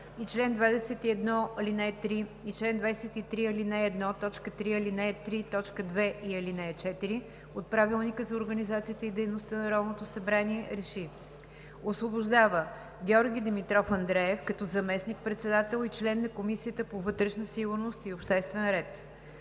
и ал. 3, т. 2 и ал. 4 от Правилника за организацията и дейността на Народното събрание РЕШИ: 1. Освобождава Георги Димитров Андреев като заместник председател и член на Комисията по вътрешна сигурност и обществен ред.